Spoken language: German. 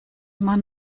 immer